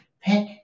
pick